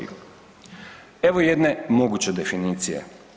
Evo jedne moguće definicije.